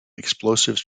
explosives